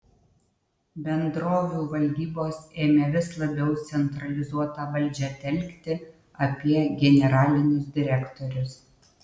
bendrovių valdybos ėmė vis labiau centralizuotą valdžią telkti apie generalinius direktorius